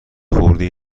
خردی